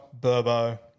Burbo